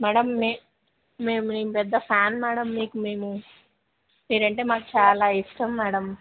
madam మే మేము మీకుపెద్ద ఫ్యాన్ మేడం మీకు మేము మీరంటే మాకు చాలా ఇష్టం మేడం